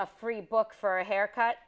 a free book for a haircut